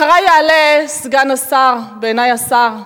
אחרי יעלה סגן השר, בעיני השר,